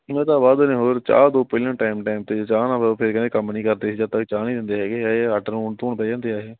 ਮੈਂ ਤਾਂ ਵਾਹ ਦੇਣੇ ਹੋਰ ਚਾਹ ਤੋਂ ਪਹਿਲਾਂ ਟਾਈਮ ਟਾਈਮ 'ਤੇ ਜੇ ਚਾਹ ਨਾ ਮਿਲੇ ਫਿਰ ਕਹਿੰਦੇ ਕੰਮ ਨਹੀਂ ਕਰਦੇ ਜਦੋਂ ਤੱਕ ਚਾਹ ਨਹੀਂ ਦਿੰਦੇ ਹੈਗੇ ਇਹ ਅੱਡ ਰੋਣ ਧੋਣ ਬਹਿ ਜਾਂਦੇ ਆ ਇਹ